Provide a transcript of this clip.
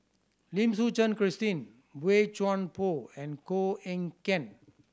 Lim Suchen Christine Boey Chuan Poh and Koh Eng Kian